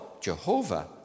Jehovah